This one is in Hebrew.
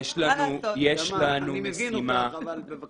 יש לנו גם מספר מפעלים